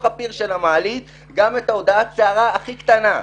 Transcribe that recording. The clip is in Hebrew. הפיר של המעלית גם את הודעת הסערה הקטנה ביותר.